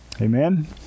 Amen